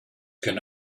can